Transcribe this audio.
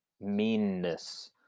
meanness